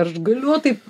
aš galiu taip